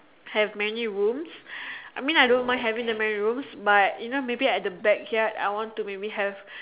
have many rooms I mean I don't mind having that many rooms but you know maybe at the backyard I want to maybe have